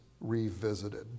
Revisited